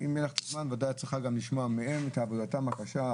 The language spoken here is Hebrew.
צריך לשמוע גם מהם את עבודתם הקשה,